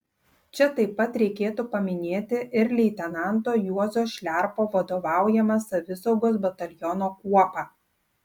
čia taip pat reikėtų paminėti ir leitenanto juozo šliarpo vadovaujamą savisaugos bataliono kuopą